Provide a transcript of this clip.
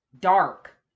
Dark